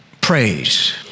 praise